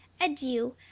Adieu